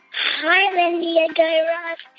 hi, mindy and guy raz.